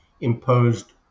imposed